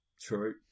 True